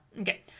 Okay